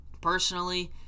Personally